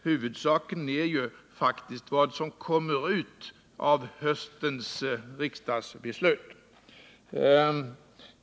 Huvudsaken är ju faktiskt vad som kommer ut av höstens riksdagsbeslut.